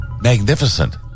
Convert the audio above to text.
magnificent